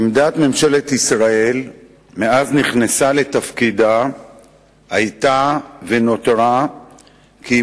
עמדת ממשלת ישראל מאז נכנסה לתפקידה היתה ונותרה שהיא